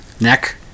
neck